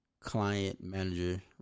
Client-manager